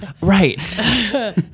Right